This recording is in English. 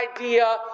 idea